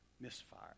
misfire